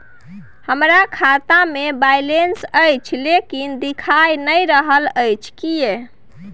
हमरा खाता में बैलेंस अएछ लेकिन देखाई नय दे रहल अएछ, किये?